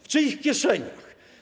W czyich kieszeniach?